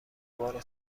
بار